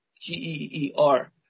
G-E-E-R